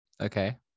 Okay